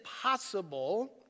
possible